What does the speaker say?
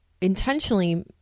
intentionally